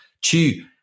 Two